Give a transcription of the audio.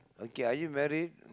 okay are you married